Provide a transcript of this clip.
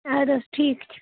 اَدٕ حظ ٹھیٖک چھُ